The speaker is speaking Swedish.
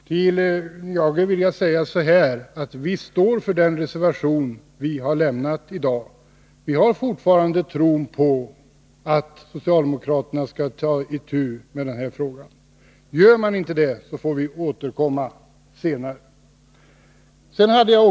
Fru talman! Till Hans Nyhage vill jag säga att vi står för den reservation vi harlämnat. Vi har fortfarande tron på att socialdemokraterna skall ta itu med den här frågan. Gör de inte det, får vi återkomma senare.